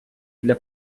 для